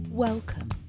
Welcome